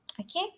okay